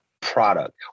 product